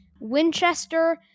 Winchester